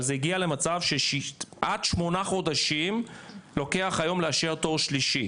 אבל זה הגיע למצב שעד שמונה חודשים לוקח לאשר תואר שני.